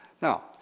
Now